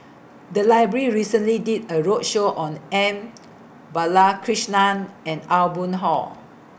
The Library recently did A roadshow on M Balakrishnan and Aw Boon Haw